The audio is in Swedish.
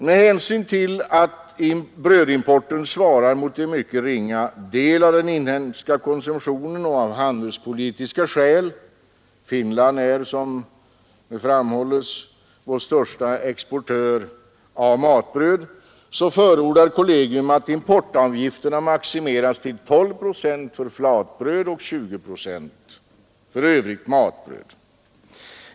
Med hänsyn till att brödimporten svarar mot en mycket ringa del av den inhemska konsumtionen och av handelspolitiska skäl — Finland är som det framhålles vår största leverantör av matbröd — förordar kollegium att importavgifterna maximeras till 12 procent för flatbröd och 20 procent för övrigt matbröd.